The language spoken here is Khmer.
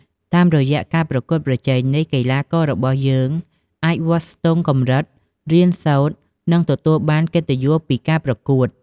តាមរយៈការប្រកួតប្រជែងនេះ កីឡាកររបស់យើងអាច វាស់ស្ទង់កម្រិត រៀនសូត្រ និងទទួលបានកិត្តិយសពីការប្រកួត។